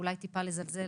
אולי טיפה לזלזל,